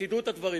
שתדעו את הדברים